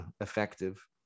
effective